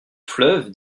fleuve